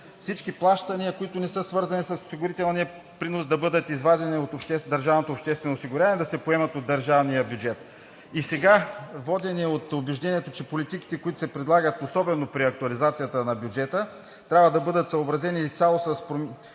всички плащания, които не са свързани с осигурителния принос, да бъдат извадени от държавното обществено осигуряване и да се поемат от държавния бюджет. Сега, водени от убеждението, че политиките, които се предлагат, особено при актуализацията на бюджета, трябва да бъдат съобразени изцяло с променените